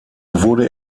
wurde